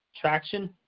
Traction